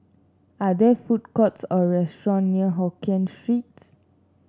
are there food courts or restaurant near Hokkien Streets